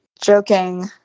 joking